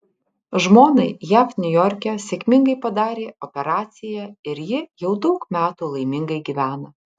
žmonai jav niujorke sėkmingai padarė operaciją ir ji jau daug metų laimingai gyvena